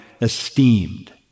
esteemed